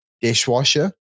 Dishwasher